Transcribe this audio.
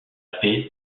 paix